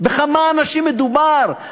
בכמה אנשים מדובר?